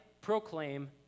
proclaim